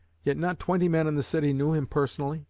yet not twenty men in the city knew him personally,